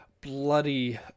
bloody